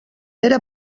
era